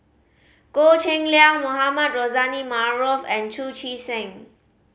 Goh Cheng Liang Mohamed Rozani Maarof and Chu Chee Seng